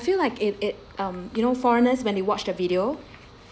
feel like it it um you know foreigners when they watch the video